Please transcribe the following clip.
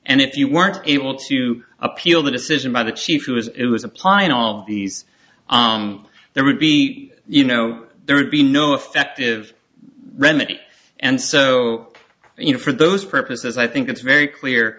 and if you weren't able to appeal the decision by the chief who was it was a pint of these there would be you know there would be no effective remedy and so you know for those purposes i think it's very clear